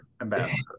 Ambassador